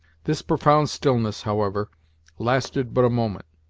this profound stillness, however lasted but a moment.